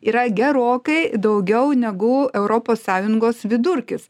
yra gerokai daugiau negu europos sąjungos vidurkis